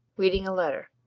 reading a letter.